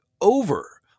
over